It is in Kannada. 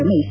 ರಮೇಶ್